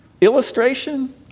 illustration